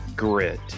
GRIT